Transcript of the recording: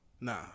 Nah